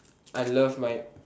I love my